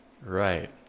Right